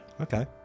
Okay